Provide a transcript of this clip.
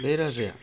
बे राजाया